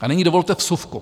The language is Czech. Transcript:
A nyní dovolte vsuvku.